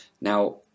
now